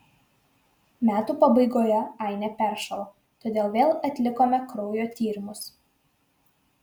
metų pabaigoje ainė peršalo todėl vėl atlikome kraujo tyrimus